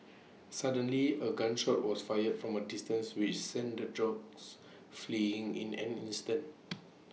suddenly A gun shot was fired from A distance which sent the dogs fleeing in an instant